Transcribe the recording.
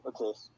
okay